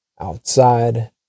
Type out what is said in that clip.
outside